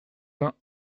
vingt